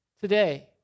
today